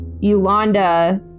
Yolanda